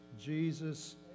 Jesus